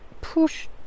push